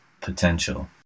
potential